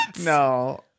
no